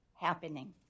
happening